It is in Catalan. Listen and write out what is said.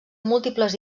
múltiples